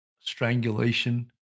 strangulation